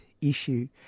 issue